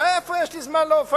ואיפה יש לי זמן לאופניים?